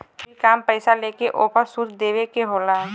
जरूरी काम पईसा लेके ओपर सूद देवे के होला